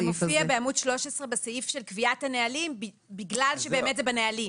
זה מופיע בעמוד 13 בסעיף של קביעת הנהלים בגלל שבאמת זה בנהלים.